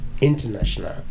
International